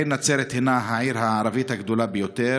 העיר נצרת הינה העיר הערבית הגדולה ביותר.